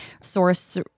source